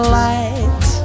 light